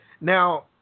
Now